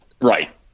right